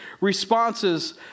responses